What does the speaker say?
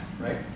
right